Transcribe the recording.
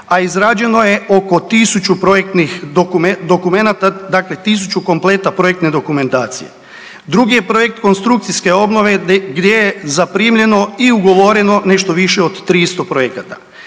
dakle 1000 kompleta projektne dokumentacije. Drugi je projekt konstrukcijske obnove gdje je zaprimljeno i ugovoreno nešto više od 300 projekata.